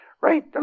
Right